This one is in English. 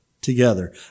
together